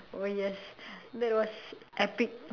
oh yes that was epic